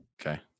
Okay